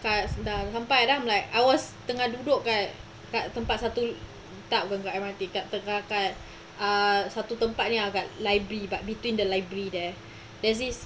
dah dah sampai then I'm like I was tengah duduk kat tem~ tempat satu tak bukan dekat M_R_T dekat kat satu tempat ni agak library between the library there there's this